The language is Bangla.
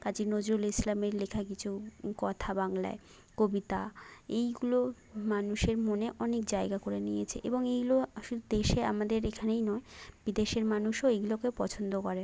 কাজি নজরুল ইসলামের লেখা কিছু কথা বাংলায় কবিতা এইগুলো মানুষের মনে অনেক জায়গা করে নিয়েছে এবং এইগুলো আসল দেশে আমাদের এখানেই নয় বিদেশের মানুষও এইগুলোকে পছন্দ করে